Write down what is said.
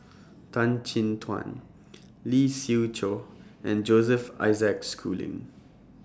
Tan Chin Tuan Lee Siew Choh and Joseph Isaac Schooling